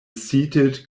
seated